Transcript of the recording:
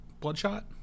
Bloodshot